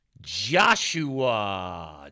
Joshua